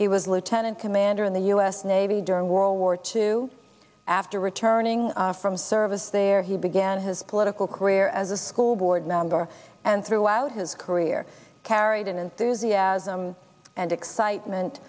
he was lieutenant commander in the u s navy during world war two after returning from service there he began his political career as a school board member and throughout his career carried an enthusiasm and excitement